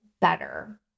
better